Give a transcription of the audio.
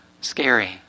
scary